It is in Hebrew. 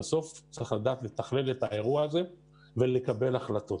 ובסוף צריך לדעת לתכלל את האירוע הזה ולקבל החלטות.